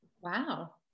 wow